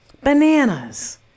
bananas